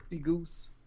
Goose